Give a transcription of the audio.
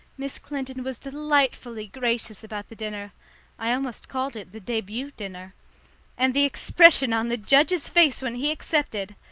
miss clinton was delightfully gracious about the dinner i almost called it the debut dinner and the expression on the judge's face when he accepted!